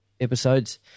episodes